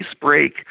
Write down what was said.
break